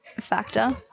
factor